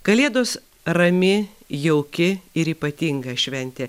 kalėdos rami jauki ir ypatinga šventė